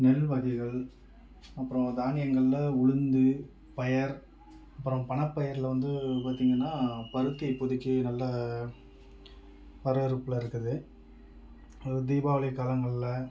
நெல் வகைகள் அப்புறம் தானியங்கள்ல உளுந்து பயரு அப்புறம் பணப்பயிர்ல வந்து பார்த்திங்கன்னா பருத்தி இப்போதைக்கி நல்லா வரவேற்பில் இருக்குது அது தீபாவளி காலங்கள்ல